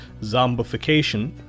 zombification